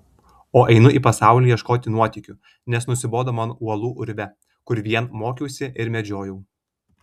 o einu į pasaulį ieškoti nuotykių nes nusibodo man uolų urve kur vien mokiausi ir medžiojau